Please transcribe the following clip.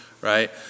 right